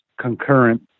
concurrent